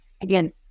again